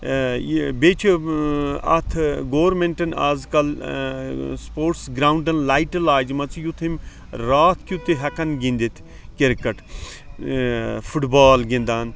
بیٚیہِ چھُ اتھ گورمنٹَن آزکَل سُپوٹٕس گراوُنڈَن لایٹہٕ لاجمَژٕ یُتھ یِم راتھ کیُت تہِ ہیٚکَن گِنٛدِتھ کِرکَٹ فُٹ بال گِنٛدان